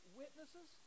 witnesses